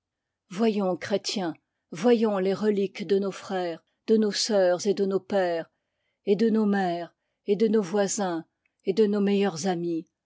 voyons chrétiens voyons les reliques de nos frères de nos sœurs et de nos pères et de nos mères et de nos voisins et de nos meilleurs amis